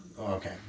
Okay